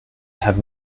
have